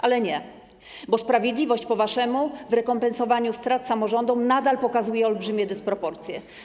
Ale nie, bo sprawiedliwość po waszemu w rekompensowaniu strat samorządom nadal pokazuje olbrzymie dysproporcje.